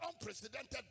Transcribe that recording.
unprecedented